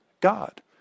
God